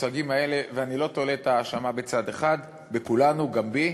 ואני לא תולה את האשמה בצד אחד, בכולנו, גם בי.